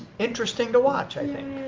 interesting to watch, i think.